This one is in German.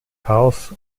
haus